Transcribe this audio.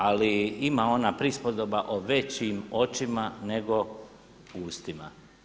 Ali ima ona prispodoba o većim očima nego ustima.